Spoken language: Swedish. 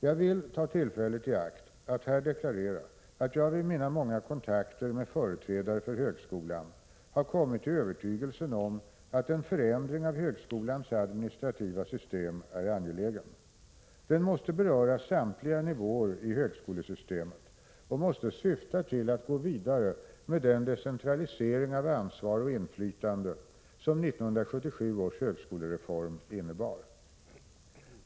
Jag vill ta tillfället i akt att här deklarera att jag vid mina många kontakter med företrädare för högskolan har kommit till övertygelsen att en förändring av högskolans administrativa system är angelägen. Den måste beröra samtliga nivåer i högskolesystemet och måste syfta till att gå vidare med den decentralisering av ansvar och inflytande som 1977 års högskolereform innebar.